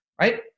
right